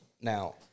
Now